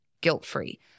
guilt-free